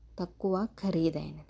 తక్కువ ఖరీదైనది